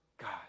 God